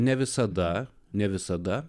ne visada ne visada